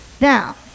Now